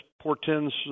portends